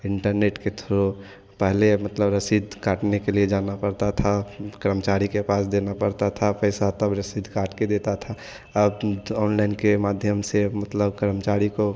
internet के through पहले मतलब रसीद काटने के लिए जाना पड़ता था कर्मचारी के पास देना पड़ता था पैसा तब रसीद काट के देता था ऑनलाइन के माध्यम से मतलब कर्मचारी को